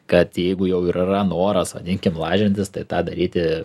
kad jeigu jau ir yra noras vadinkim lažintis tai tą daryti